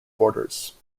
borders